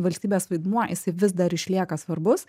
valstybės vaidmuo jisai vis dar išlieka svarbus